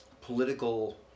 political